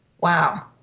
Wow